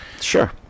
Sure